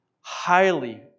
highly